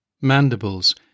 mandibles